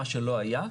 מה שלא היה,